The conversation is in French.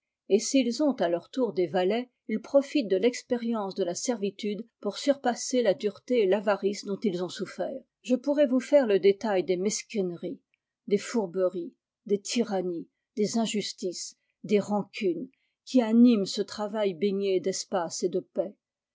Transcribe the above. et s'ils ont à leur tour des valets ils profitent de l'expérience de la servitude pour surpasser la dureté et l'avarice dont ils ont souffert je pourrais vous faire le détail des mesquineries des fourberies des tyrannies des injustices des rancunes qui animent ce travail baigné d'espace et de paix